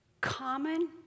common